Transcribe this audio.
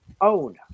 own